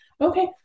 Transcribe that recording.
okay